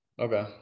Okay